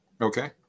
Okay